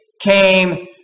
came